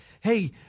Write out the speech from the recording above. Hey